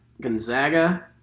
Gonzaga